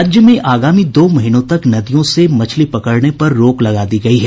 राज्य में आगामी दो महीनों तक नदियों से मछली पकड़ने पर रोक लगा दी गयी है